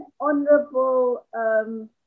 Honourable